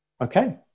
Okay